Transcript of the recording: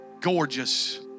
gorgeous